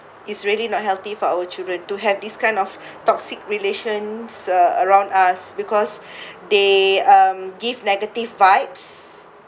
it's really not healthy for our children to have these kind of toxic relations uh around us because they um give negative vibes